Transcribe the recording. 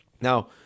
now